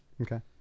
Okay